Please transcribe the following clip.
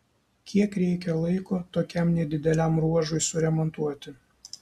kiek reikia laiko tokiam nedideliam ruožui suremontuoti